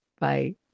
Bye